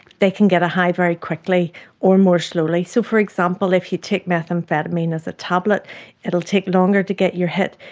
they can get a high very quickly or more slowly. so, for example, if you take methamphetamine as a tablet it will take longer to get your hit.